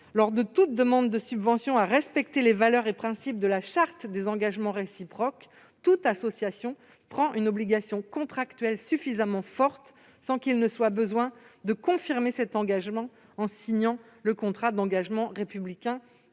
lors de toute demande de subvention, à respecter les valeurs et principes de la charte des engagements réciproques, elles prennent une obligation contractuelle suffisamment forte pour qu'il ne soit pas besoin de confirmer cet engagement en signant le contrat d'engagement républicain